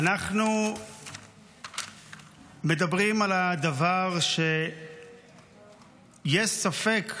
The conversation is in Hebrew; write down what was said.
היו"ר משה סולומון: